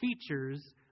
features